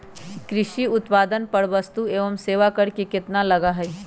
कृषि उत्पादन पर वस्तु एवं सेवा कर कितना लगा हई?